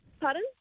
Pardon